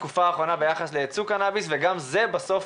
בתקופה האחרונה ביחס לייצוא קנאביס וגם זה קשור בסוף